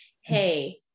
hey